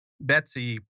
Betsy